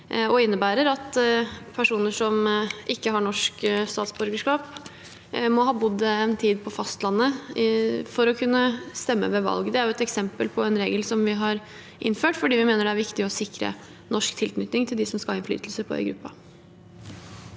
Det innebærer at personer som ikke har norsk statsborgerskap, må ha bodd en tid på fastlandet for å kunne stemme ved valg. Det er et eksempel på en regel som vi har innført fordi vi mener det er viktig å sikre norsk tilknytning hos dem som skal ha innflytelse på øygruppen.